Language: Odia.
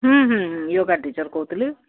ହୁଁ ହୁଁ ୟୋଗା ଟିଚର କହୁଥିଲି